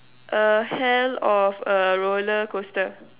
a hell of a roller coaster